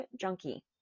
junkie